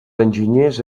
enginyers